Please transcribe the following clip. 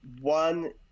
One